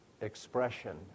expression